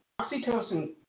oxytocin